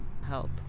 help